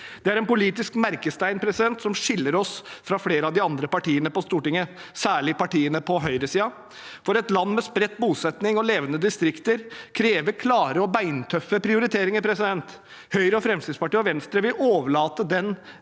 Dette er en politisk merkestein som skiller oss fra flere av de andre partiene på Stortinget, særlig partiene på høyresiden, for et land med spredt bosetting og levende distrikter krever klare og beintøffe prioriteringer. Høyre, Fremskrittspartiet og Venstre vil overlate denne